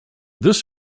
this